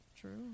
True